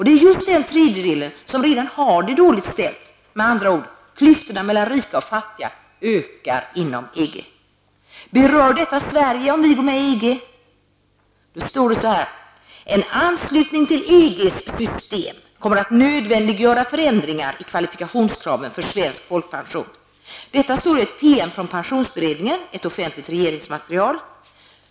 Det är just den tredjedel som redan har det dåligt ställt. Med andra ord ökar klyftorna mellan rika och fattiga inom EG. Berör detta Sverige om vi går med i EG? ''En anslutning till EG:s system kommer att nödvändiggöra förändringar i kvalifikationsvillkoren för svensk folkpension.'' Detta står i ett PM från pensionsberedningen, ett offentligt regeringsmaterial.